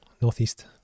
northeast